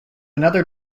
another